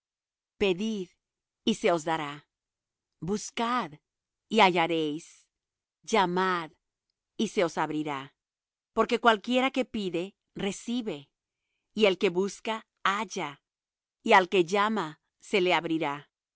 pedid y se os dará buscad y hallaréis llamad y se os abrirá porque cualquiera que pide recibe y el que busca halla y al que llama se abrirá